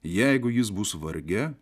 jeigu jis bus varge